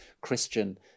Christian